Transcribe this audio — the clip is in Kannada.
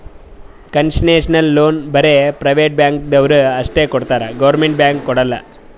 ಕನ್ಸೆಷನಲ್ ಲೋನ್ ಬರೇ ಪ್ರೈವೇಟ್ ಬ್ಯಾಂಕ್ದವ್ರು ಅಷ್ಟೇ ಕೊಡ್ತಾರ್ ಗೌರ್ಮೆಂಟ್ದು ಬ್ಯಾಂಕ್ ಕೊಡಲ್ಲ